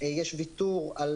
יש ויתור על